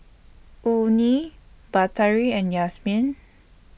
Murni Batari and Yasmin